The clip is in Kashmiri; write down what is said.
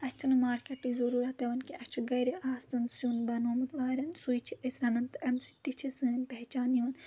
اَسہِ چھِنہٕ مارکیٹٕچ ضروٗرت دِوان کینٛہہ اَسہِ چھُ گرِ آسَان سیُن بَنومُت واریاہَن سُے چھِ أسۍ رَنَان تہٕ اَمہِ سۭتۍ تہِ چھِ سٲنۍ پہچان یِوَان